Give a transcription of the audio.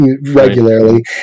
regularly